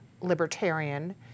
libertarian